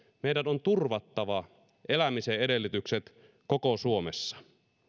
meidän on turvattava elämisen edellytykset koko suomessa